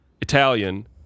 Italian